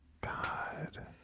God